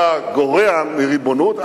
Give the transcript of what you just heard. אתה גורע מריבונות.